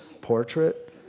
portrait